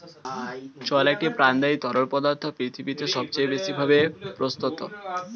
জল একটি প্রাণদায়ী তরল পদার্থ পৃথিবীতে সবচেয়ে বেশি ভাবে প্রস্তুত